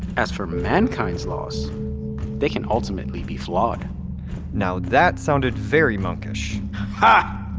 as for mankind's laws they can ultimately be flawed now that sounded very monkish ha!